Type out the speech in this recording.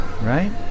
Right